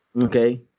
Okay